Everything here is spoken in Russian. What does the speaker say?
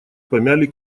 помяли